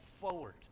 forward